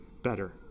better